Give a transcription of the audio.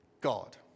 God